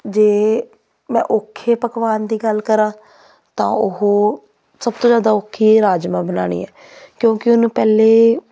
ਜੇ ਮੈਂ ਔਖੇ ਪਕਵਾਨ ਦੀ ਗੱਲ ਕਰਾਂ ਤਾਂ ਉਹ ਸਭ ਤੋਂ ਜ਼ਿਆਦਾ ਔਖੇ ਰਾਜਮਾਂਹ ਬਣਾਉਣੇ ਹੈ ਕਿਉਂਕਿ ਉਹਨੂੰ ਪਹਿਲੇ